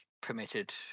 permitted